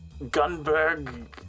Gunberg